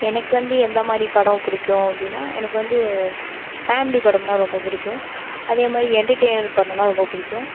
எனக்கு வந்து எந்த மாதிரி படம் பிடிக்கும் அப்படின்னா எனக்கு வந்து ஃபேமிலி படம்னால் ரொம்ப பிடிக்கும் அதே மாதிரி என்டர்டெயினர் படோம்னா ரொம்ப பிடிக்கும்